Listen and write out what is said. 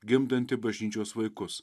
gimdantį bažnyčios vaikus